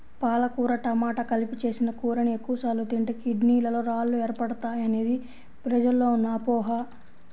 పాలకూర టమాట కలిపి చేసిన కూరని ఎక్కువ సార్లు తింటే కిడ్నీలలో రాళ్లు ఏర్పడతాయనేది ప్రజల్లో ఉన్న అపోహ